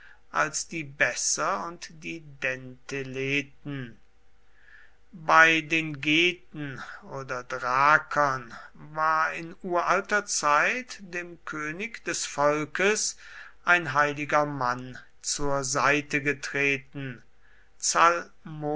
als die besser und die dentheleten bei den geten oder dakern war in uralter zeit dem könig des volkes ein heiliger mann zur seite getreten